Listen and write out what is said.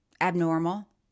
abnormal